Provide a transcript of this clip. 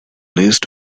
list